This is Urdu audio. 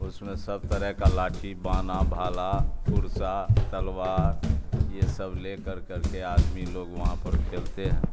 اس میں سب طرح کا لاٹھی بانا بھالا فرسہ تلوار یہ سب لےکر کر کے آدمی لوگ وہاں پر کھیلتے ہیں